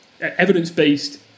evidence-based